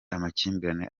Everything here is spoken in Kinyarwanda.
amakimbirane